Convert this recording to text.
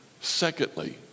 Secondly